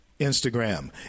Instagram